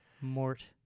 Mort